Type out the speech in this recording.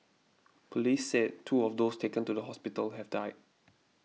police said two of those taken to the hospital have died